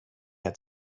had